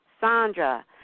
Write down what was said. Sandra